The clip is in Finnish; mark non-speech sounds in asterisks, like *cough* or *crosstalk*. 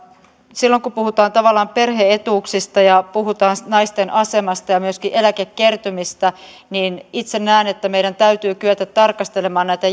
silloin kun puhutaan tavallaan perhe etuuksista ja puhutaan naisten asemasta ja myöskin eläkekertymistä niin itse näen että meidän täytyy kyetä tarkastelemaan näitä *unintelligible*